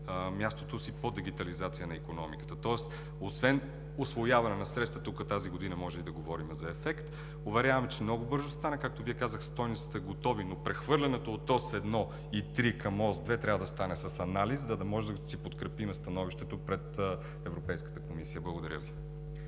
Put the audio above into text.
мястото си по дигитализация на икономиката, тоест освен усвояване на средства тук тази година, може да говорим и за ефект. Уверявам Ви, че много бързо ще стане, както Ви казах, стойностите са готови, но прехвърлянето от Ос 1 и Ос 3 към Ос 2 трябва да стане с анализ, за да можем да се подкрепим становището пред Европейската комисия. Благодаря Ви.